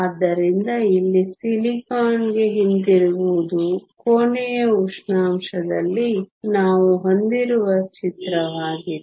ಆದ್ದರಿಂದ ಇಲ್ಲಿ ಸಿಲಿಕಾನ್ಗೆ ಹಿಂತಿರುಗುವುದು ಕೋಣೆಯ ಉಷ್ಣಾಂಶದಲ್ಲಿ ನಾವು ಹೊಂದಿರುವ ಚಿತ್ರವಾಗಿದೆ